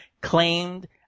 claimed